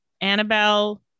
Annabelle